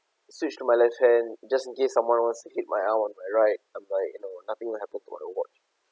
switch to my left hand just in case someone wants to hit my arm on my right I'm like you know nothing will happen to my watch